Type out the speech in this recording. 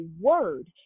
word